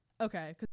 Okay